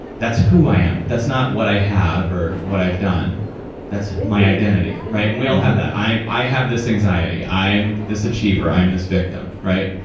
that's who i am, that's not what i have or what i've done that's my identity. right? and we all have that. i have this anxiety. i'm this achiever. i'm this victim, right?